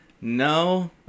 no